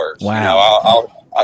Wow